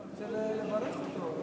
לא, אני רוצה לברך אותו.